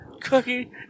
Cookie